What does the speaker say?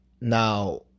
Now